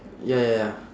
ya ya ya